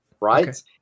right